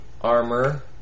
armor